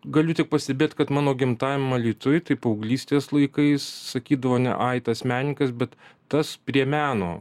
galiu tik pastebėt kad mano gimtajam alytuj tai paauglystės laikais sakydavo ne ai tas menininkas bet tas prie meno